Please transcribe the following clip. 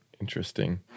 interesting